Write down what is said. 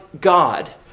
God